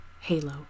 Halo